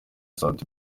sat